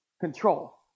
control